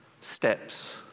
steps